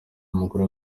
umugore